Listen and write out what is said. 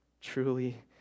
Truly